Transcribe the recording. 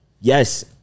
yes